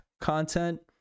content